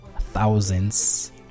thousands